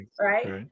Right